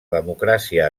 democràcia